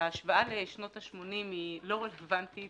ההשוואה לשנות ה-80 לא רלבנטית,